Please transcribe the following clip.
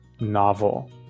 novel